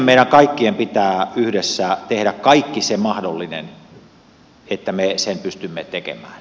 meidän kaikkien pitää yhdessä tehdä kaikki mahdollinen että me sen pystymme tekemään